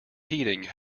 heating